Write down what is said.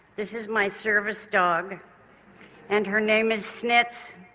this is my service dog and her name is snits.